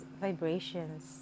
vibrations